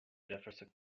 jefferson